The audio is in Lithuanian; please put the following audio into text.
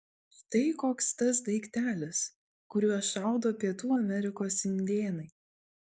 štai koks tas daiktelis kuriuo šaudo pietų amerikos indėnai